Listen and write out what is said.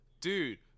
Dude